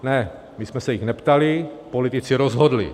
Ne, my jsme se jich neptali, politici rozhodli.